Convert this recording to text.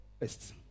first